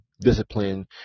discipline